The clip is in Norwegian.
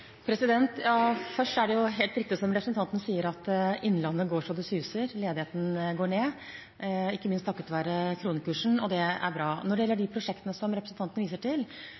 Først: Det er helt riktig som representanten sier, at Innlandet går så det suser, ledigheten går ned, ikke minst takket være kronekursen, og det er bra. Når det gjelder de prosjektene som representanten viser til,